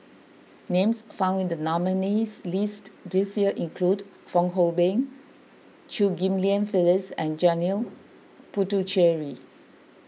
names found in the nominees' list this year include Fong Hoe Beng Chew Ghim Lian Phyllis and Janil Puthucheary